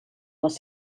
les